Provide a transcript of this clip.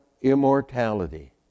immortality